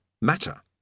matter